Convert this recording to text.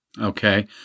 Okay